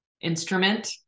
instrument